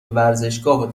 ورزشگاه